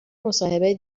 مصاحبه